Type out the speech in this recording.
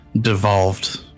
devolved